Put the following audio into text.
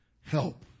help